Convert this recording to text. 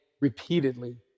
repeatedly